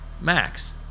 max